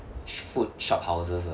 sh~ food shophouses ah